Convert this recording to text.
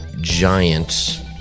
giant